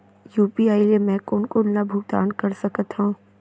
UPI ले मैं कोन कोन ला भुगतान कर सकत हओं?